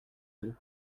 deux